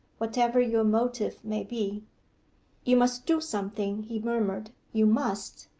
whatever your motive may be you must do something he murmured. you must.